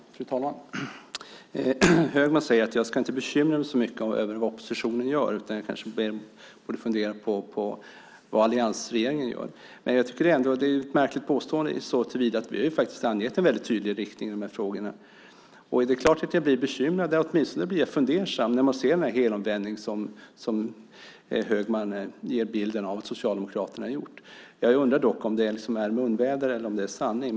Fru talman! Högman säger att jag inte ska bekymra mig så mycket över vad oppositionen gör, utan jag kanske borde fundera på vad alliansregeringen gör. Men jag tycker att det är ett märklig uppmaning såtillvida att vi faktiskt har angett en väldigt tydlig riktning i de här frågorna. Det är klart att jag blir bekymrad - åtminstone blir jag fundersam - när jag ser den helomvändning som Högman ger en bild av att Socialdemokraterna har gjort. Jag undrar dock om det är munväder eller om det är sanning.